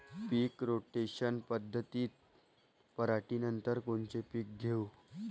पीक rotation पद्धतीत पराटीनंतर कोनचे पीक घेऊ?